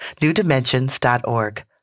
NewDimensions.org